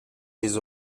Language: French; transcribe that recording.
les